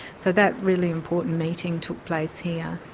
so that really important meeting took place here.